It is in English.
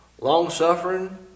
long-suffering